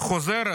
חוזרת